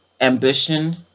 ambition